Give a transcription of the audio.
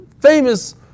Famous